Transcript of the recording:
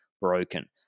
broken